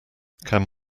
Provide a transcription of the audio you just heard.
can